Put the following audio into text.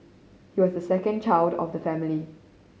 he was the second child of the family